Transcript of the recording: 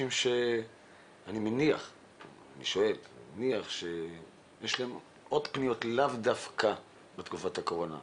אני מניח שיש אנשים שיש להם עוד פניות ולאו דווקא בתקופת הקורונה.